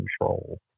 control